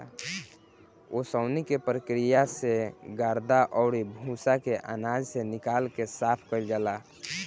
ओसवनी के प्रक्रिया से गर्दा अउरी भूसा के आनाज से निकाल के साफ कईल जाला